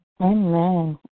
Amen